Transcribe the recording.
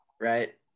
right